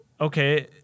Okay